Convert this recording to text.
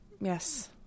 Yes